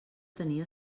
tenia